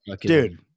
dude